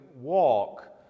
walk